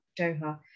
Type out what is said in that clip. Doha